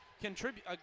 contribute